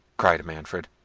cried manfred.